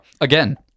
Again